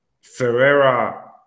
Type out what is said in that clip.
Ferreira